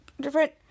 different